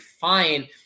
fine